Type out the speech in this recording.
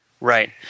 Right